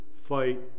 fight